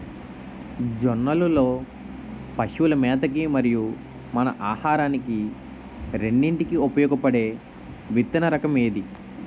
జొన్నలు లో పశువుల మేత కి మరియు మన ఆహారానికి రెండింటికి ఉపయోగపడే విత్తన రకం ఏది?